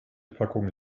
packung